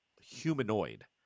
humanoid